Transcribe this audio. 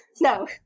no